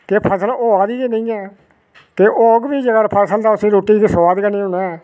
कि फसल होआ दी गै नेईं ऐ कि होग बी जेकर फसल ते उस रुट्टी गी सुआद गै नेईं होना